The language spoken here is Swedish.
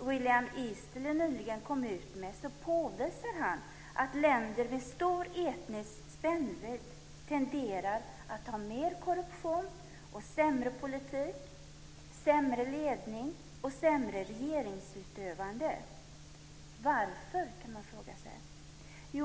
William Easterley nyligen kom ut med påvisar han att länder med stor etnisk spännvidd tenderar att ha mer korruption, sämre politik, sämre ledning och sämre regeringsutövande. Varför, kan man fråga sig.